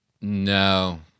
no